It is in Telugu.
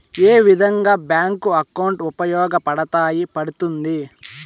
ఏ విధంగా బ్యాంకు అకౌంట్ ఉపయోగపడతాయి పడ్తుంది